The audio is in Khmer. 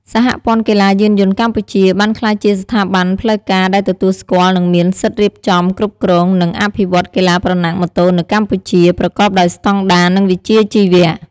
សហព័ន្ធកីឡាយានយន្តកម្ពុជា បានក្លាយជាស្ថាប័នផ្លូវការដែលទទួលស្គាល់ និងមានសិទ្ធិរៀបចំ គ្រប់គ្រង និងអភិវឌ្ឍកីឡាប្រណាំងម៉ូតូនៅកម្ពុជា ប្រកបដោយស្តង់ដារ និងវិជ្ជាជីវៈ។